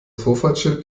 vorfahrtsschild